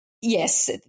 Yes